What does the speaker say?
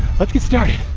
let's get started!